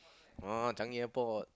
ah Changi-Airport